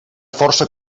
força